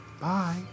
Bye